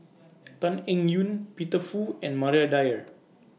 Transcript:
Tan Eng Yoon Peter Fu and Maria Dyer